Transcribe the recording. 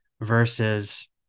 versus